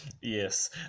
yes